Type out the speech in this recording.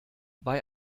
bei